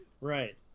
Right